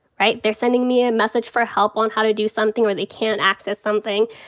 right. they're sending me a message for help on how to do something or they can't access something.